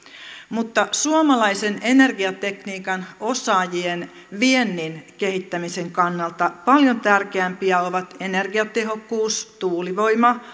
mutta suomalaisen energiatekniikan osaajien viennin kehittämisen kannalta paljon tärkeämpiä ovat energiatehokkuus tuulivoima